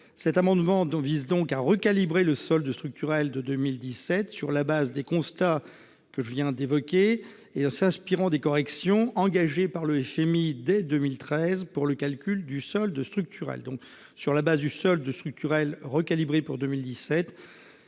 Cet amendement tend à recalibrer le solde structurel de 2017 sur la base des constats que je viens de rappeler. Il s'agit de s'inspirer des corrections engagées par le FMI dès 2013 pour le calcul du solde structurel. Sur la base du solde structurel recalibré pour 2017,